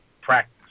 practice